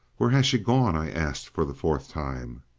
where has she gone? i asked for the fourth time.